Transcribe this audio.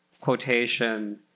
quotation